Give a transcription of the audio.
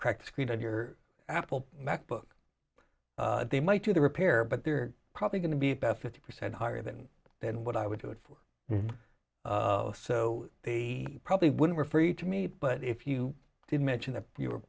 cracked screen on your apple macbook they might do the repair but they're probably going to be about fifty percent higher than than what i would do it for so they probably wouldn't were free to me but if you did mention that you